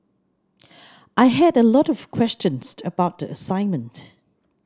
I had a lot of questions about the assignment